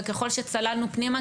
וככל שצללנו פנימה,